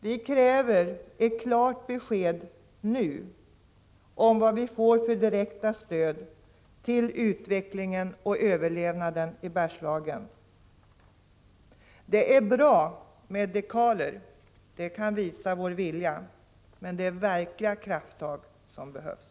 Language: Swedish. Vi kräver ett klart besked nu om vilka direkta stöd vi får till utvecklingen och överlevnaden i Bergslagen. Det är bra med dekaler, för de kan visa vår vilja, men det är verkliga krafttag som behövs.